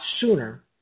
sooner